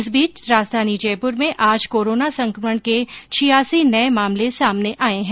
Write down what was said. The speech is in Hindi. इस बीच राजधानी जयपुर में आज कोरोना संक्रमण के छियासी नये मामले सामने आये है